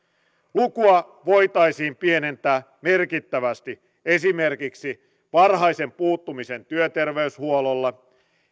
lukua voitaisiin pienentää merkittävästi esimerkiksi varhaisen puuttumisen työterveyshuollolla